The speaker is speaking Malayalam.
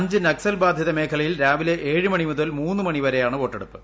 അഞ്ച് നക്സൽ ബാധിത മേഖലയിൽ രാവിലെ ഏഴ് മണി മുതൽ മൂന്ന് മണി വരെയാണ് വോട്ടെടുപ്പ്